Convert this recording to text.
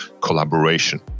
collaboration